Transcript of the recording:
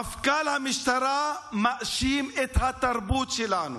מפכ"ל המשטרה מאשים את התרבות שלנו,